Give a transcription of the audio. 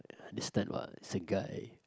this type ah is a guy